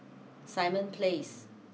Simon place